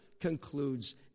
concludes